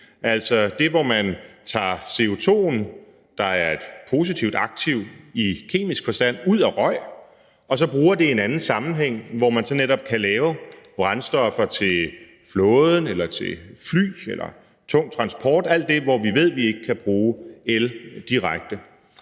altså det, hvor man tager CO2'en, der er et positivt aktiv i kemisk forstand, ud af røg og så bruger det i en anden sammenhæng, hvor man så netop kan lave brændstoffer til flåden eller til fly eller tung transport – alle de steder, hvor vi ved at vi ikke kan bruge el direkte.